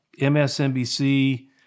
MSNBC